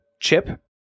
chip